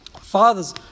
fathers